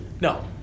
no